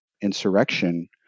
insurrection